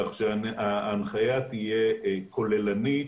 כך שההנחיה תהיה כוללנית,